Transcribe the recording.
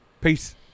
Peace